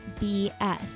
BS